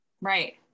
Right